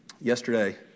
Yesterday